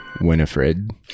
winifred